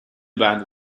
band